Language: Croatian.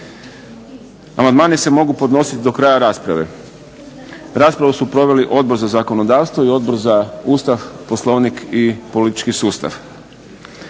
Amandmani se mogu podnositi do kraja rasprave. Raspravu su proveli Odbor za zakonodavstvo i Odbor za Ustav, Poslovnik i politički sustav.